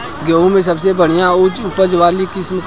गेहूं में सबसे बढ़िया उच्च उपज वाली किस्म कौन ह?